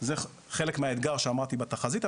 זה חלק מהאתגר שאמרתי על התחזית.